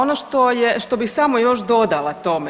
Ono što bih samo još dodala tome.